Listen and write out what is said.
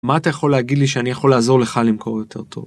מה אתה יכול להגיד לי שאני יכול לעזור לך למכור יותר טוב.